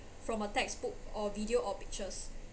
from a textbook or video or pictures